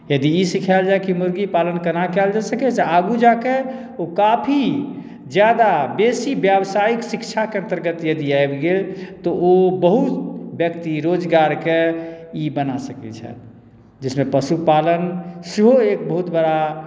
यदि ई सिखाएल जाए कि मुर्गी पालन केना कयल जा सकै छै तऽ आगू जाके ओ काफी जादा बेसी व्यावसायिक शिक्षाके अन्तर्गत आबि गेल तऽ ओ बहुत व्यक्ति ओ रोजगारकेँ ई बना सकै छथि जहिमे पशुपालन सेहो एक बहुत बड़ा